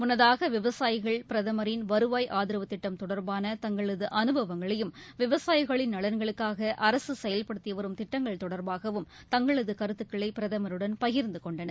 முன்னதாக விவசாயிகள் பிரதமரின் வருவாய் ஆதரவு திட்டம் தொடர்பான தங்களது அனுபவங்களையும் விவசாயிகளின் நலன்களுக்காக அரசு செயல்படுத்தி வரும் திட்டங்கள் தொடர்பாகவும் தங்களது கருத்துக்களை பிரதமருடன் பகிர்நது கொண்டனர்